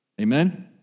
Amen